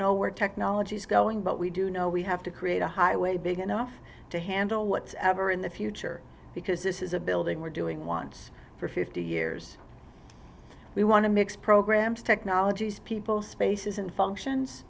know where technology is going but we do know we have to create a highway big enough to handle what ever in the future because this is a building we're doing once for fifty years we want to mix programs technologies people spaces and functions